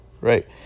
Right